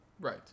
Right